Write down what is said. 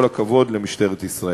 כל הכבוד למשטרת ישראל.